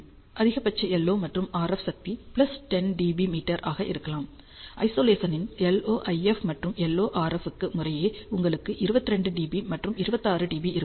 அதிகபட்ச LO மற்றும் RF சக்தி 10 dBm ஆக இருக்கலாம் ஐசொலேசனில் LO IF மற்றும் LO RF க்குமுறையே உங்களுக்கு 22 dB மற்றும் 26 dB இருக்கும்